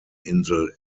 insel